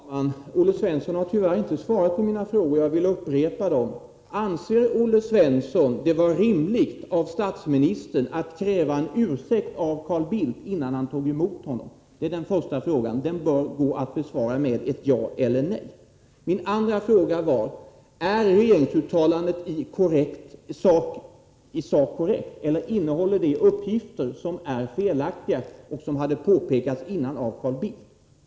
Fru talman! Olle Svensson har tyvärr inte svarat på mina frågor, och jag vill därför upprepa dem. Anser Olle Svensson det vara rimligt av statsministern att kräva en ursäkt av Carl Bildt innan han tog emot honom? Det är den första frågan, och den går att besvara med ett ja eller ett nej. Min andra fråga var: Är regeringsuttalandet i sak korrekt, eller innehåller det uppgifter som är felaktiga och som hade påpekats innan det antogs av Carl Bildt?